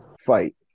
fight